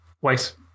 White